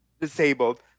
disabled